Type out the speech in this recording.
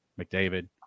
McDavid